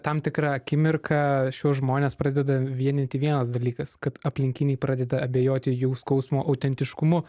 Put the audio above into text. tam tikrą akimirką šiuos žmones pradeda vienyti vienas dalykas kad aplinkiniai pradeda abejoti jų skausmo autentiškumu